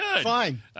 Fine